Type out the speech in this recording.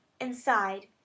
inside